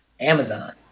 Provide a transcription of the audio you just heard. Amazon